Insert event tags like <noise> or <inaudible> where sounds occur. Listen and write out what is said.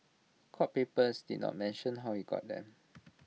court papers did not mention how he got them <noise>